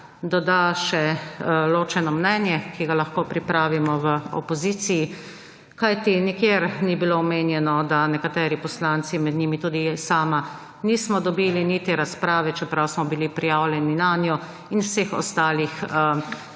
doda še ločeno mnenje, ki ga lahko pripravimo v opoziciji, kajti nikjer ni bilo omenjeno, da nekateri poslanci, med njimi tudi jaz sama, nismo dobili niti razprave, čeprav smo bil prijavljeni nanjo in vseh ostalih